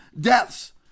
deaths